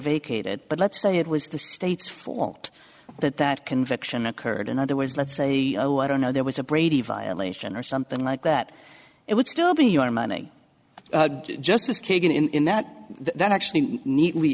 vacated but let's say it was the state fault that that conviction occurred in other words let's say oh i don't know there was a brady violation or something like that it would still be your money justice kagan in that that actually neatly